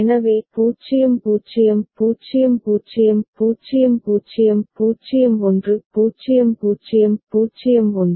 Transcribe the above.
எனவே 0 0 0 0 0 0 0 1 0 0 0 1